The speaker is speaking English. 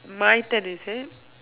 mine turn is it